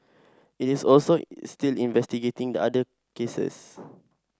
it is also still investigating the other cases